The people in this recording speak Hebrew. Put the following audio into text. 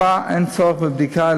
4. אין צורך בבדיקה,